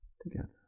together